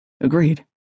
Agreed